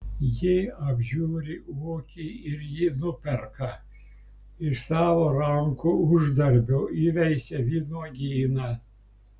ji apžiūri ūkį ir jį nuperka iš savo rankų uždarbio įveisia vynuogyną